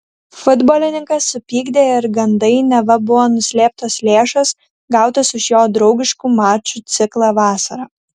futbolininką supykdė ir gandai neva buvo nuslėptos lėšos gautos už jo draugiškų mačų ciklą vasarą